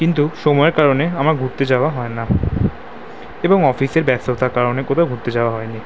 কিন্তু সময়ের কারণে আমার ঘুরতে যাওয়া হয় না এবং অফিসের ব্যস্ততার কারণে কোথাও ঘুরতে যাওয়া হয়নি